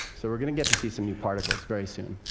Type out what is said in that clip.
so we're going to get to see some new particles very soon.